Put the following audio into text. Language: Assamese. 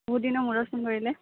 বহু দিনৰ মূৰত ফোন কৰিলে